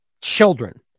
children